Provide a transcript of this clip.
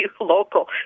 local